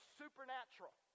supernatural